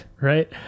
right